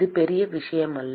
இது பெரிய விஷயமில்லை